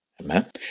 Amen